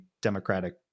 democratic